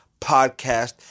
Podcast